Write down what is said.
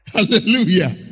Hallelujah